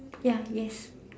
ya yes